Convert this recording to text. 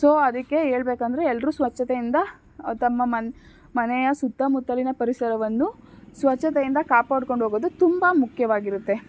so ಅದಕ್ಕೆ ಹೇಳ್ಬೇಕ್ ಅಂದರೆ ಎಲ್ಲರು ಸ್ವಚ್ಛತೆಯಿಂದ ತಮ್ಮ ಮನೆಯ ಸುತ್ತಮುತ್ತಲಿನ ಪರಿಸರವನ್ನು ಸ್ವಚ್ಛತೆಯಿಂದ ಕಾಪಾಡ್ಕೊಂಡು ಹೋಗೊದು ತುಂಬ ಮುಖ್ಯವಾಗಿರುತ್ತೆ